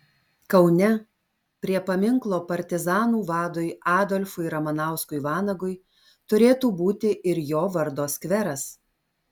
kaune prie paminklo partizanų vadui adolfui ramanauskui vanagui turėtų būti ir jo vardo skveras